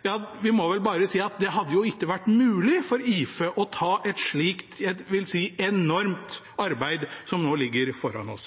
Ja, vi må vel bare si at det hadde ikke vært mulig for IFE å ta på seg et slikt enormt arbeid som nå ligger foran oss.